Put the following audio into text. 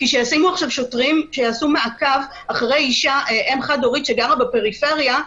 ישימו עכשיו שוטרים שיעשו מעקב אחרי אם חד-הורית שגרה בפריפריה,